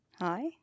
Hi